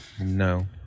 No